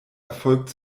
erfolgt